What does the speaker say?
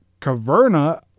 Caverna